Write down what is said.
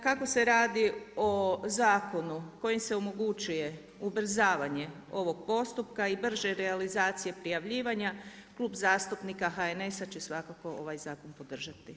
Kako se radi o zakonu kojim se omogućuje ubrzavanje ovog postupka i brže realizacije prijavljivanja Klub zastupnika HNS-a će svakako ovaj zakon podržati.